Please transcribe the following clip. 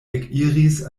ekiris